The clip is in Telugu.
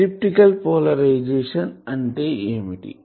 ఎలిప్టికల్ పోలరైజేషన్ అంటే ఏమిటి